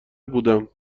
بودم